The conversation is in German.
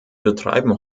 betreiben